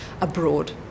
abroad